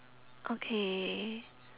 okay